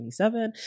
27